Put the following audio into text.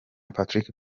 patrick